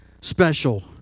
special